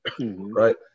right